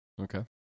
Okay